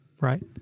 Right